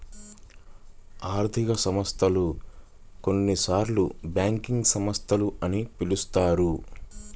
ఆర్థిక సంస్థలు, కొన్నిసార్లుబ్యాంకింగ్ సంస్థలు అని పిలుస్తారు